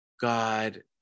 god